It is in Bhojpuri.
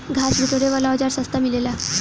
घास बिटोरे वाला औज़ार सस्ता मिलेला